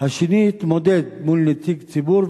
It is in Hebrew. השני התמודד מול נציג ציבור,